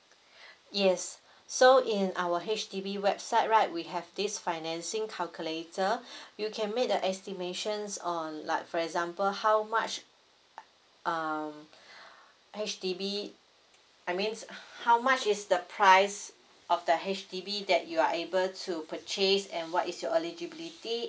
yes so in our H_D_B website right we have this financing calculator you can make the estimations or like for example how much err H_D_B I mean how much is the price of the H_D_B that you are able to purchase and what is your eligibility